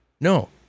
No